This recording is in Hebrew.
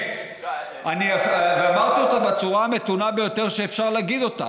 אתה פוגע בפרנסתם של אלפי עובדים,